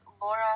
Laura